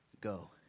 Go